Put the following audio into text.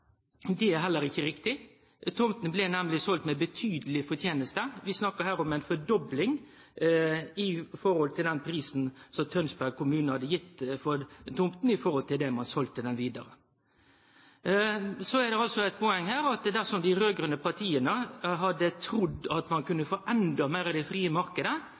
Det er heller ikkje riktig. Tomta blei nemleg seld med betydeleg forteneste. Vi snakkar her om ei fordobling i forhold til den prisen som Tønsberg kommune hadde gitt for tomta, i forhold til det ein selde ho vidare for. Det er eit poeng her at dersom dei raud-grøne partia hadde trudd at ein kunne få endå meir av den frie